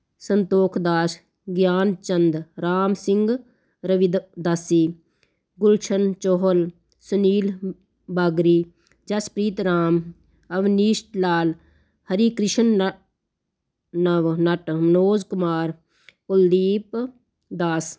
ਸੰਤੋਖ ਦਾਸ ਗਿਆਨ ਚੰਦ ਰਾਮ ਸਿੰਘ ਰਵੀਦਾਸੀ ਗੁਲਸ਼ਨ ਚੋਹਲ ਸੁਨੀਲ ਬਾਗਰੀ ਜਸਪ੍ਰੀਤ ਰਾਮ ਅਵਨੀਸ਼ ਲਾਲ ਹਰੀ ਕ੍ਰਿਸ਼ਨ ਨ ਨਵਨਟ ਮਨੋਜ ਕੁਮਾਰ ਕੁਲਦੀਪ ਦਾਸ